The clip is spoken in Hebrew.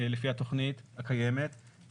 לפי התוכנית הקיימת,